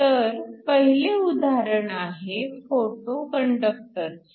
तर पहिले उदाहरण आहे फोटो कंडक्टरचे